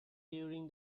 during